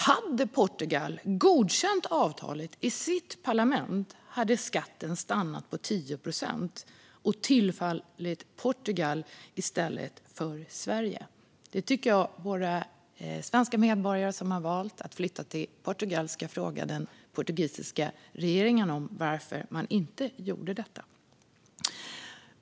Hade Portugal godkänt avtalet i sitt parlament hade skatten stannat på 10 procent och tillfallit Portugal i stället för Sverige. Jag tycker att våra svenska medborgare som har valt att flytta till Portugal ska fråga den portugisiska regeringen varför man inte gjorde detta.